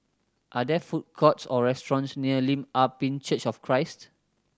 are there food courts or restaurants near Lim Ah Pin Church of Christ